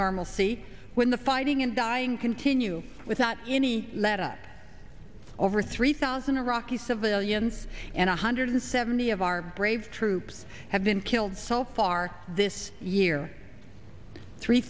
normal states when the fighting and dying continue without any let up over three thousand iraqi civilians and one hundred seventy of our brave troops have been killed so far this year three